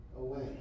away